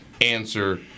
answer